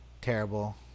terrible